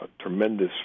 tremendous